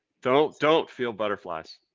don't don't feel butterflies!